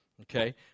okay